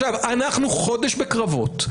אנחנו חודש בקרבות.